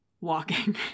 walking